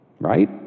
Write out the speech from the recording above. right